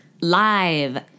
live